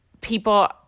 people –